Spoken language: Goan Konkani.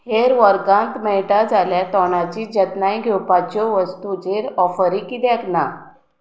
हेर वर्गांत मेळटा जाल्यार तोंडाची जतनाय घेवपाच्यो वस्तूचेर ऑफरी कित्याक ना